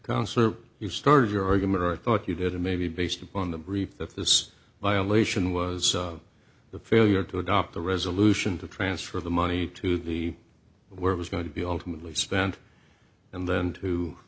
concert you started your argument i thought you did it maybe based upon the brief that this violation was the failure to adopt the resolution to transfer the money to the where it was going to be ultimately spent and then to